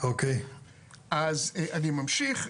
אז אני ממשיך,